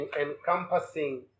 encompassing